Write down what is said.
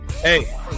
hey